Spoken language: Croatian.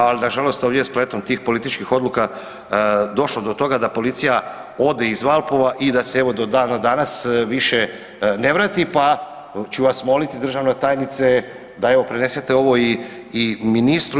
Ali na žalost ovdje spletom tim političkih odluka je došlo do toga da policija ode iz Valpova i da se evo do dana danas više ne vrati, pa ću vas moliti državna tajnice da evo prenesete ovo i ministru.